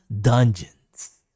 Dungeons